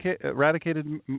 eradicated